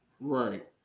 Right